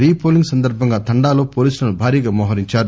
రీ polling సందర్భంగా తండా లో పోలీసులను భారీగా మోహరించారు